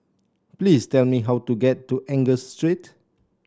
please tell me how to get to Angus Street